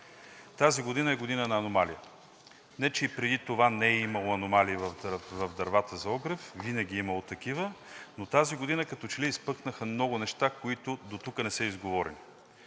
Тази година е година на аномалия – не че и преди това не е имало аномалии в дървата за огрев, винаги е имало такива, но тази година като че ли изпъкнаха много неща, които дотук не са изговорени,